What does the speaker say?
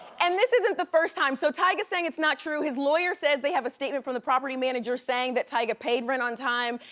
and this isn't the first time. so tyga's saying it's not true. his lawyer says they have a statement from the property manager saying that tyga paid rent on time,